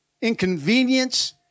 inconvenience